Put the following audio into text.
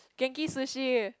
Genki-Sushi